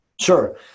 sure